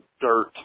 dirt